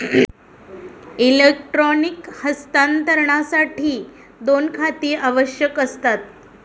electronic हस्तांतरणासाठी दोन खाती आवश्यक असतात